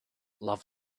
love